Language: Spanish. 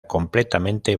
completamente